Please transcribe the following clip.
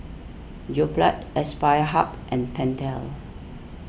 Yoplait Aspire Hub and Pentel